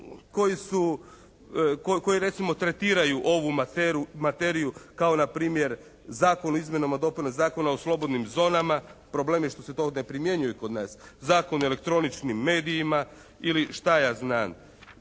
koji recimo tretiraju ovu materiju kao na primjer Zakon o izmjenama i dopunama Zakona o slobodnim zonama. Problem je što se to ne primjenjuje kod nas. Zakon o elektroničnim medijima ili šta ja znam?